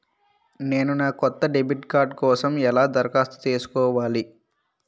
నేను నా కొత్త డెబిట్ కార్డ్ కోసం ఎలా దరఖాస్తు చేసుకోవాలి?